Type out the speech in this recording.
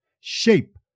shape